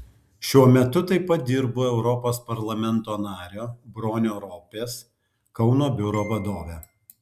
šiuo metu taip pat dirbu europos parlamento nario bronio ropės kauno biuro vadove